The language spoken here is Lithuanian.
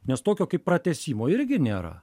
nes tokio kaip pratęsimo irgi nėra